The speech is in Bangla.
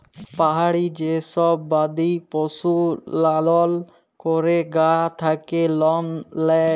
পাহাড়ি যে সব বাদি পশু লালল ক্যরে গা থাক্যে লম লেয়